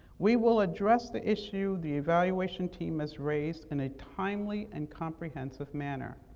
we will address the issue the evaluation team has raised in a timely and comprehensive manner.